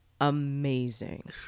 amazing